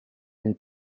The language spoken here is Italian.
nel